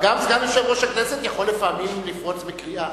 גם סגן יושב-ראש הכנסת יכול לפעמים לפרוץ בקריאה.